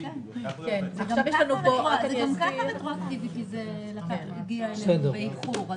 גם ככה זה רטרואקטיבי כי זה הגיע אלינו באיחור.